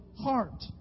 heart